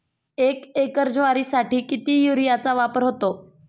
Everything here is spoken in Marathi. एक एकर ज्वारीसाठी किती युरियाचा वापर होतो?